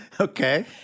Okay